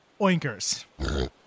Oinkers